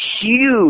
huge